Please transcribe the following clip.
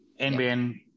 NBN